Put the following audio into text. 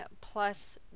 plus